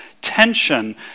tension